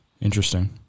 Interesting